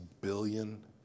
billion